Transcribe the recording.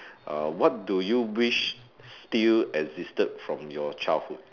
uh what do you wish still existed from your childhood